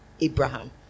Abraham